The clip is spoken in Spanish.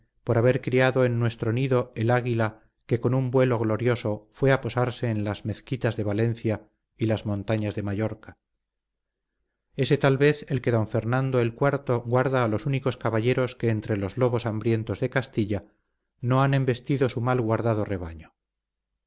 por haber criado en nuestro nido el águila que con un vuelo glorioso fue a posarse en las mezquitas de valencia y las montañas de mallorca ese tal vez el que don fernando el iv guarda a los únicos caballeros que entre los lobos hambrientos de castilla no han embestido su mal guardado rebaño